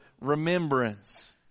remembrance